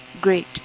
great